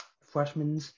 freshmen